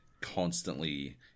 constantly